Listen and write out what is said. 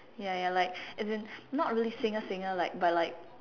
ya ya like as in not really singer singer like but like